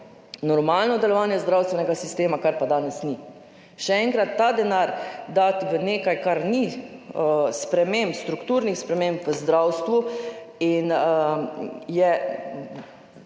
normalno delovanje zdravstvenega sistema, kar pa danes ni. Še enkrat, ta denar dati v nekaj, kar ne prinese strukturnih sprememb v zdravstvu, je